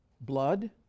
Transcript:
blood